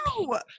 No